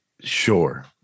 sure